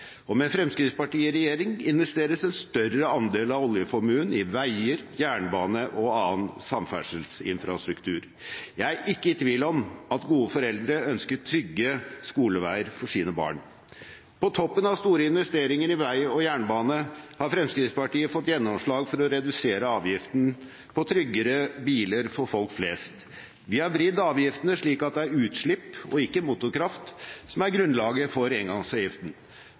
og med Fremskrittspartiet i regjering investeres en større andel av oljeformuen i veier, jernbane og annen samferdselsinfrastruktur. Jeg er ikke i tvil om at gode foreldre ønsker trygge skoleveier for sine barn. På toppen av store investeringer i vei og jernbane har Fremskrittspartiet fått gjennomslag for å redusere avgiftene på trygge biler for folk flest. Vi har vridd avgiftene slik at det er utslipp og ikke motorkraft som er grunnlaget for engangsavgiften.